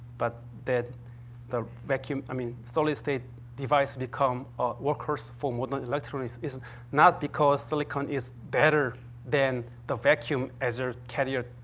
but that the vacuum i mean, solid-state device become a work horse for modern like electronics is is not because silicon is better than the vacuum as a carrier,